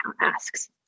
asks